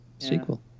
Sequel